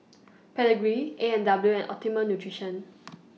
Pedigree A and W and Optimum Nutrition